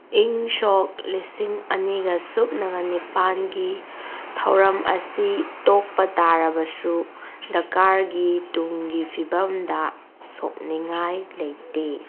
ꯏꯪ ꯁꯣꯛ ꯂꯤꯁꯤꯡ ꯑꯅꯤꯒ ꯁꯨꯞꯅꯒ ꯅꯤꯄꯥꯜꯒꯤ ꯊꯧꯔꯝ ꯑꯁꯤ ꯇꯣꯛꯄ ꯇꯥꯔꯕꯁꯨ ꯗꯔꯀꯥꯔꯒꯤ ꯇꯨꯡꯒꯤ ꯐꯤꯕꯝꯗ ꯁꯣꯛꯅꯤꯡꯉꯥꯏ ꯂꯩꯇꯦ